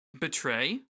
Betray